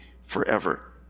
forever